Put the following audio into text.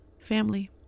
Family